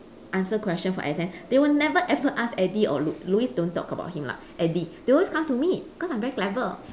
answer question for exam they will never ever ask eddie or lou~ louis don't talk about him lah eddie they always come to me cause I'm very clever